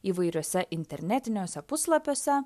įvairiuose internetiniuose puslapiuose